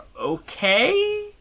okay